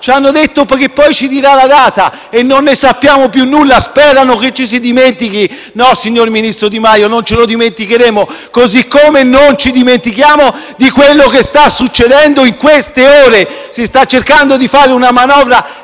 ci hanno detto che poi ci darà una data, e non ne sappiamo più nulla. Sperano che ce ne si dimentichi. No, signor ministro Di Maio, non ce ne dimenticheremo, così come non ci dimentichiamo di quello che sta succedendo in queste ore. Si sta cercando di fare una manovra